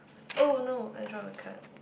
oh no I drop a card